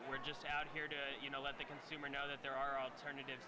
we're just out here to you know let the consumer know that there are alternative